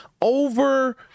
over